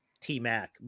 T-Mac